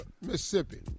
mississippi